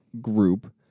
group